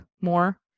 more